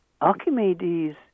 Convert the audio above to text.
Archimedes